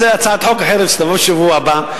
זו הצעת חוק אחרת שתבוא בשבוע הבא.